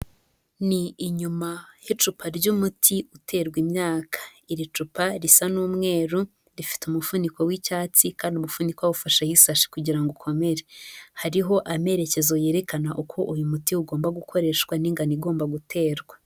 Ni inyuma y'icupa ry'umuti uterwa imyaka, iri cupa risa n'umweru rifite umufuniko w'icyatsi kandi umufuniko ufashe isashi kugira ngo ukomere, hariho amerekezo yerekana uko uyu muti ugomba gukoreshwa n'ingano ugomba guterwa.